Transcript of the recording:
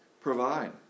provide